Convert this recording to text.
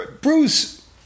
Bruce